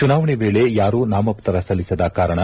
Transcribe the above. ಚುನಾವಣೆ ವೇಳೆ ಯಾರೂ ನಾಮಪುತ್ರ ಸಲ್ಲಿಸದ ಕಾರಣ